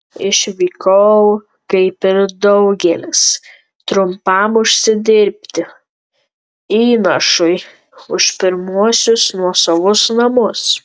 išvykau kaip ir daugelis trumpam užsidirbti įnašui už pirmuosius nuosavus namus